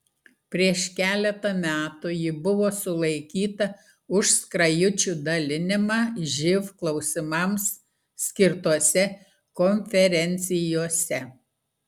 prieš keletą metų ji buvo sulaikyta už skrajučių dalinimą živ klausimams skirtose konferencijose